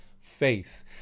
faith